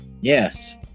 Yes